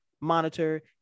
monitor